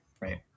right